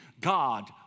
God